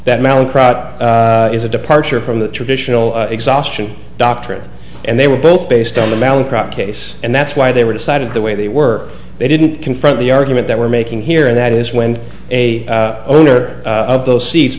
that is a departure from the traditional exhaustion doctrine and they were both based on the malaprop case and that's why they were decided the way they were they didn't confront the argument that we're making here and that is when a owner of those se